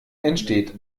entsteht